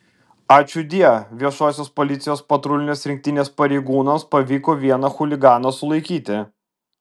ačiūdie viešosios policijos patrulinės rinktinės pareigūnams pavyko vieną chuliganą sulaikyti